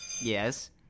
yes